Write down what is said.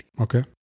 Okay